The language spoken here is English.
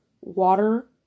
water